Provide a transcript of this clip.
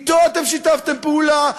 אתו אתם שיתפתם פעולה.